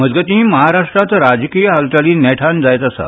मजगतीं महाराष्ट्रांत राजकीय हालचाली नेटान जायत आसा